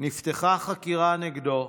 נפתחה חקירה נגדו,